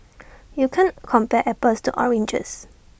you can't compare apples to oranges